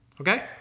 Okay